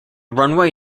runway